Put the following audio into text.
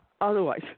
otherwise